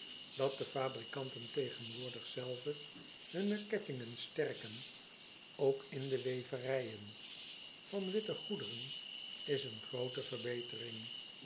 at de fabrikanten tegenwoordig zelven hunne kettingen sterken ook in de weverijen van witte goederen is een groote verbetering